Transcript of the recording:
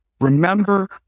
Remember